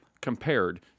compared